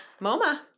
MoMA